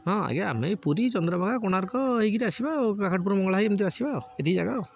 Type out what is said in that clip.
ହଁ ଆଜ୍ଞା ଆମେ ପୁରୀ ଚନ୍ଦ୍ରଭାଗା କୋଣାର୍କ ଏଇ ଆସିବା ଆଉ କାକଟପୁର ମଙ୍ଗଳା ହେଇ ଏମିତି ଆସିବା ଆଉ ଏତିକି ଜାଗା ଆଉ